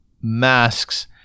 masks